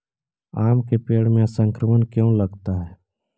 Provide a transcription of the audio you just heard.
आम के पेड़ में संक्रमण क्यों लगता है?